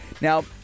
Now